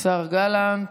השר גלנט.